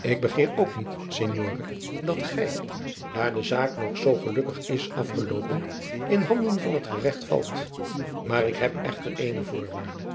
ik begeer ook niet signore dat gij daar de zaak nog zoo gelukkig is afgeloopen in hanadriaan loosjes pzn het leven van maurits lijnslager den van het geregt valt maar ik heb echter eene voorwaarde